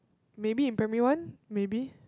maybe in primary one maybe